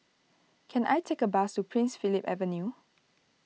can I take a bus to Prince Philip Avenue